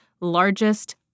largest